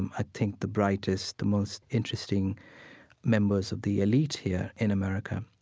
and i think, the brightest, the most interesting members of the elite here in america.